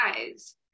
eyes